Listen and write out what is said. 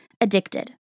addicted